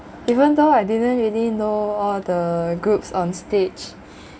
even though I didn't really know all the groups on stage